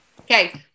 okay